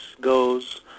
goes